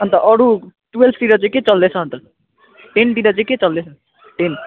अन्त अरू टुवेल्भतिर चाहिँ के चल्दैछ अन्त टेनतिर के चल्दैछ टेन